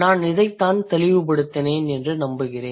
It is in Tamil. நான் இதைத் தெளிவுபடுத்தினேன் என்று நம்புகிறேன்